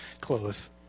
close